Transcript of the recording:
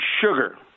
sugar